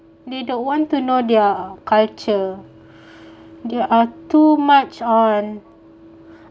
they don't want to know their culture there are too much on